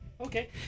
Okay